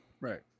right